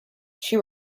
she